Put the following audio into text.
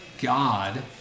God